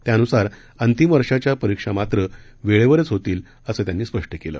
त्यानुसार अंतिम वर्षाच्या परीक्षा मात्र वेळेवरच होतील असं त्यांनी स्पष्ट केलं